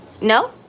No